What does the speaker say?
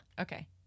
Okay